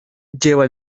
lleva